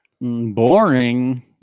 boring